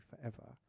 forever